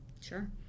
Sure